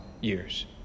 years